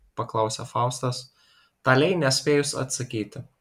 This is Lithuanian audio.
paklausė faustas talei nespėjus atsakyti